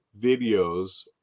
videos